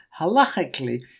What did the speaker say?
halachically